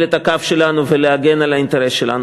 את הקו שלנו ולהגן על האינטרס שלנו.